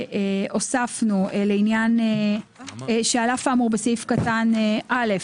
הוספנו "על אף האמור בסעיף קטן (א),